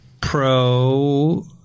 Pro